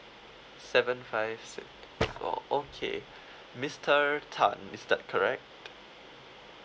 seven five six four okay mister tan is that correct